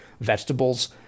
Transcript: vegetables